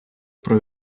про